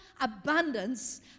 abundance